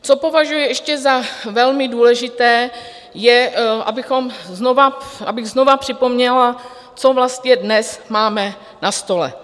Co považuji ještě za velmi důležité, je, abych znova připomněla, co vlastně dnes máme na stole.